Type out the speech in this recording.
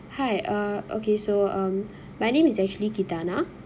hi uh okay so um my name is actually chatana